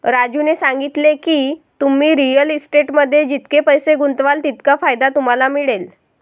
राजूने सांगितले की, तुम्ही रिअल इस्टेटमध्ये जितके पैसे गुंतवाल तितका फायदा तुम्हाला मिळेल